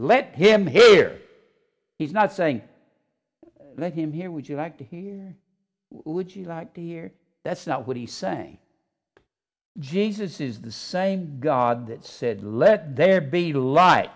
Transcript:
let him hear he's not saying let him hear would you like to hear would you like to hear that's not what he's saying jesus is the same god that said let there be